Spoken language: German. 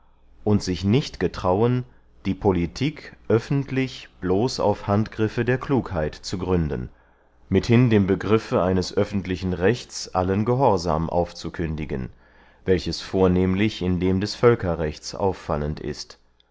und sich nicht getrauen die politik öffentlich bloß auf handgriffe der klugheit zu gründen mithin dem begriffe eines öffentlichen rechts allen gehorsam aufzukündigen welches vornehmlich in dem des völkerrechts auffallend ist